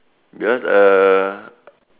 because err